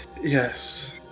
Yes